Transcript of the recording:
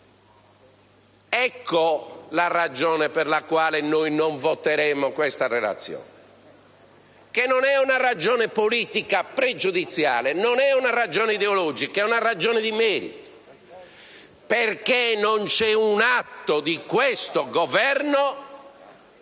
Ecco la ragione per la quale noi non voteremo a favore di questa Relazione, che non è una ragione politica pregiudiziale, non è ideologica, ma è una ragione di merito: non c'è un atto di questo Governo